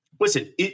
Listen